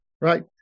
right